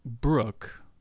Brooke